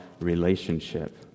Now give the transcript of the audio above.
relationship